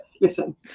Listen